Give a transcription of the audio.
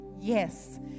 Yes